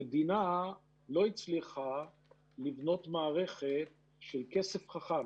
המדינה לא הצליחה לבנות מערכת של כסף חכם.